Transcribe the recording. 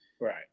Right